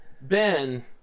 Ben